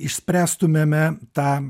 išspręstumėme tą